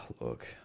look